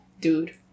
dude